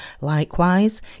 Likewise